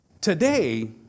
Today